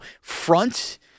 front